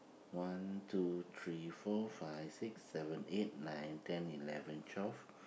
one two three four five six seven eight nine ten eleven twelve